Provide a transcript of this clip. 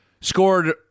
scored